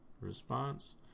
response